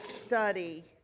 study